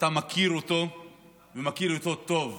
אתה מכיר אותו ומכיר אותו טוב.